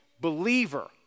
believer